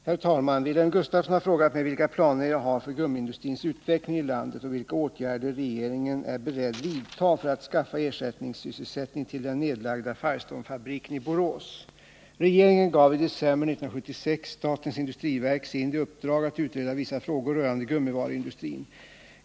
Herr talman! Wilhelm Gustafsson har frågat mig vilka planer jag har för gummiindustrins utveckling i landet och vilka åtgärder regeringen är beredd att vidta för att skaffa ersättningssysselsättning till den nedlagda Firestonefabriken i Borås. Regeringen gav i december 1976 statens industriverk i uppdrag att utreda visa frågor rörande gummivaruindustrin.